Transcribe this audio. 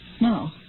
No